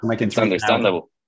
understandable